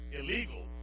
illegal